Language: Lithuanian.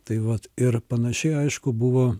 tai vat ir panašiai aišku buvo